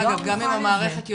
אגב, גם אם המערכת יודעת,